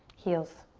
heals